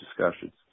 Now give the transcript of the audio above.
discussions